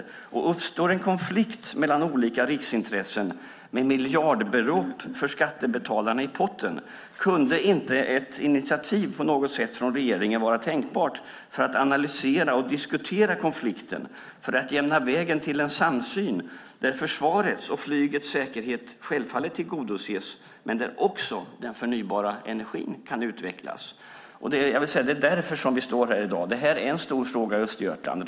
Kunde inte, när det uppstår en konflikt mellan olika riksintressen med miljardbelopp för skattebetalarna i potten, ett initiativ från regeringen av något slag vara tänkbart för att analysera och diskutera konflikten och jämna vägen till en samsyn där försvarets och flygets säkerhet självfallet tillgodoses men där också den förnybara energin kan utvecklas? Det är därför vi står här i dag. Detta är en stor fråga i Östergötland.